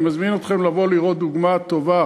אני מזמין אתכם לבוא לראות דוגמה טובה